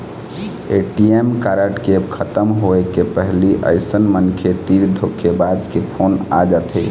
ATM card के खतम होए के पहिली अइसन मनखे तीर धोखेबाज के फोन आ जाथे